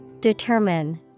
Determine